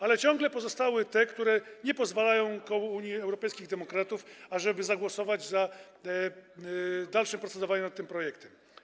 Ale ciągle pozostają te, które nie pozwalają kołu Unii Europejskich Demokratów zagłosować za dalszym procedowaniem nad tym projektem.